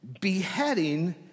beheading